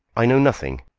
i know nothing.